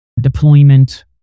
deployment